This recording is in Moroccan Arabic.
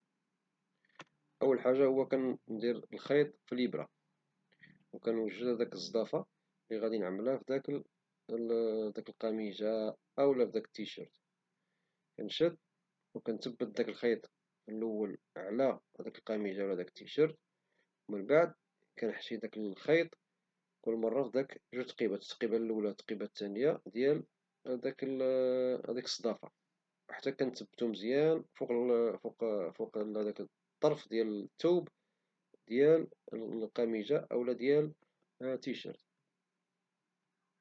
أول حاجة هو كندير الخيط في اليبرة وكنوجد هديك الصدفة لي غدي نعملها في داك القميجة أو في داك التيشيرت، كنشد وكنتبت داك الخيط الأول على داك القميجة أو التيشيرت ومن بعد كنحشي داك الخيط في كل مرة في داك التقيبات، التقيبة الأولى التقيبة الثانية ديال داك الصدفة، حتى كنتبتو مزيان فوق هداك الطرف ديال الثوب ديال القميجة أو ديال التيشيرت.